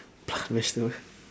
plant vegetable